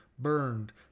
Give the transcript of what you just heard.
Burned